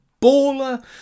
baller